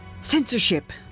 Censorship